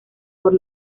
por